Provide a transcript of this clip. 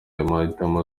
mahitamo